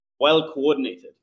well-coordinated